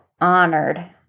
honored